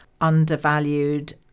undervalued